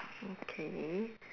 okay